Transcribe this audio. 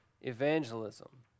evangelism